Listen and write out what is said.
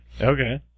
Okay